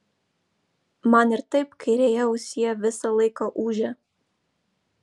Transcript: man ir taip kairėje ausyje visą laiką ūžia